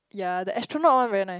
ya the astronaut one very nice